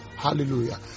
Hallelujah